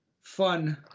fun